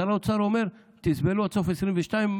שר האוצר אומר: תסבלו עד סוף 2022,